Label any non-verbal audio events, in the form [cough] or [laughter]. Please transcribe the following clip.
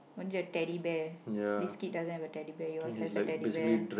want your Teddy Bear [noise] this kid doesn't have a Teddy Bear yours has a Teddy Bear